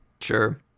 Sure